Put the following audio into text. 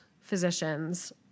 physicians